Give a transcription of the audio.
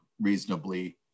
reasonably